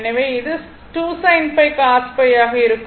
எனவே இது 2 sin cos ஆக இருக்கும்